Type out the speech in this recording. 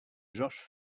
georges